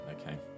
Okay